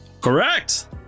Correct